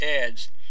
adds